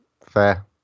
fair